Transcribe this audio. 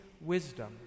wisdom